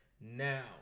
Now